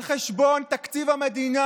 על חשבון תקציב המדינה,